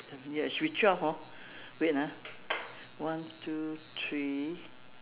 ya it should be twelve hor wait ah one two three